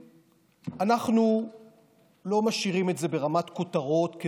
אנחנו לא משאירים את זה ברמת כותרות,